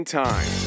time